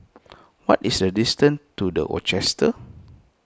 what is the distance to the Rochester